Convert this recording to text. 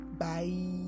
Bye